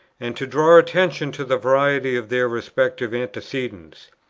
and to draw attention to the variety of their respective antecedents.